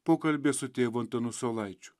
pokalbyje su tėvu antanu saulaičiu